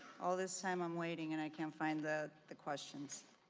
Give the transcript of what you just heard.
all this time i'm waiting and i can't find the the questions.